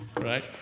right